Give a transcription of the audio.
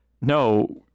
no